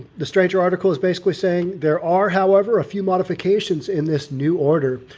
the stranger article is basically saying there are however, a few modifications in this new order.